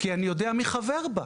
כי אני יודע מי חבר בה.